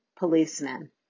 policeman